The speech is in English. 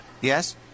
Yes